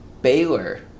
Baylor